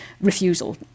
refusal